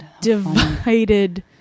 divided